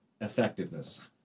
effectiveness